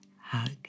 hug